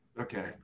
Okay